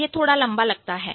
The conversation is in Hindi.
यह थोड़ा लंबा लगता है